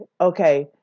Okay